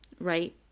right